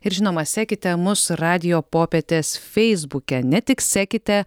ir žinoma sekite mus radijo popietės feisbuke ne tik sekite